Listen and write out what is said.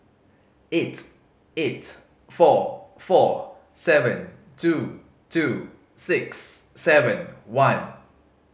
eight eight four four seven two two six seven one